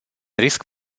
risc